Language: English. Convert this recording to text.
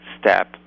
step